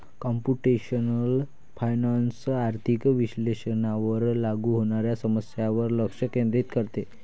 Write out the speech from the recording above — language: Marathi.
कम्प्युटेशनल फायनान्स आर्थिक विश्लेषणावर लागू होणाऱ्या समस्यांवर लक्ष केंद्रित करते